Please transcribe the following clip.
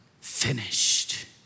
finished